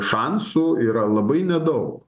šansų yra labai nedaug